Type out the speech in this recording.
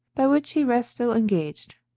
by which he rests still engaged,